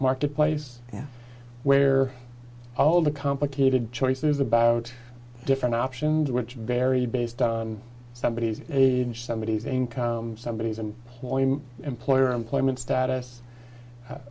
marketplace where all the complicated choices about different options which vary based on somebody's age somebody who's income somebody is in employer employment status